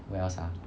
where else ah